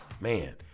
man